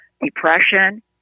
depression